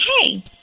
hey